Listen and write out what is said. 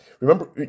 Remember